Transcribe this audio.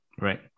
right